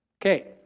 Okay